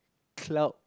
cloud